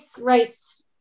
race